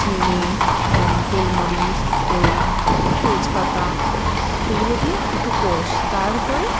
চিনি গোলমরিচ তোর তেজপাতা এগুলো দিয়ে একটু কষ তারপরে